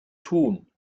tun